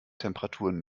temperaturen